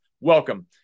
welcome